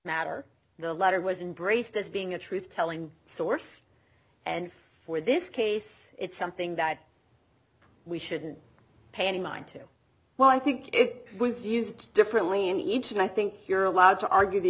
matter the letter was embraced as being a truth telling source and for this case it's something that we shouldn't pay any mind to well i think it was used differently in each and i think you're allowed to argue the